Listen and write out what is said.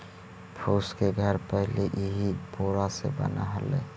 फूस के घर पहिले इही पोरा से बनऽ हलई